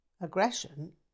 Aggression